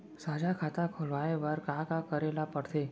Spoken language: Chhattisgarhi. साझा खाता खोलवाये बर का का करे ल पढ़थे?